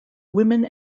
women